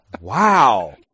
Wow